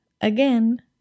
again